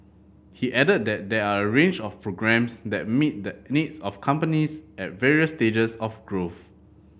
he added that there are a range of programmes that meet the needs of companies at various stages of growth